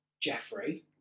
Jeffrey